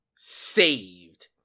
Saved